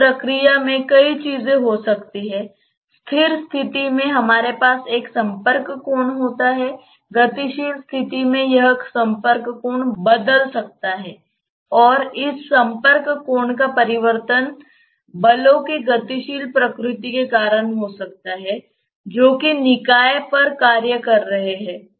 इस प्रक्रिया में कई चीजें हो सकती हैं स्थिर स्थिति में हमारे पास एक संपर्क कोण होता है गतिशील स्थिति में यह संपर्क कोण बदल सकता है और इस संपर्क कोण का परिवर्तन बलों की गतिशील प्रकृति के कारण हो सकता है जो कि निकाय पर कार्य कर रहे हैं